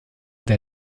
der